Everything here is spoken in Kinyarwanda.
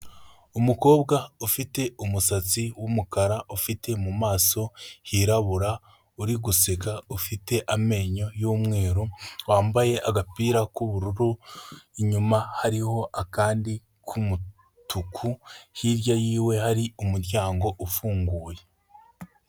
Umukobwa ufite umusatsi w'umukara, ufite mumaso hirabura, uri guseka, ufite amenyo y'umweru, wambaye agapira k'ubururu, inyuma hariho akandi k'umutuku, hirya yiwe hari umuryango ufunguye.